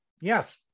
Yes